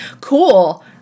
cool